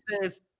says